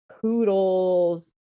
poodles